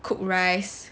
cooked rice